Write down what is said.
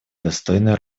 достойной